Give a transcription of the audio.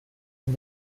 and